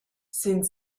sind